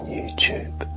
YouTube